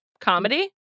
comedy